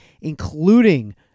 including